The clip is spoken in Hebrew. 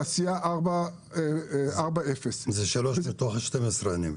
תעשייה 4.0. אני מבין שזה 3 מתוך ה-12.